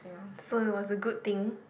so it was a good thing